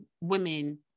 Women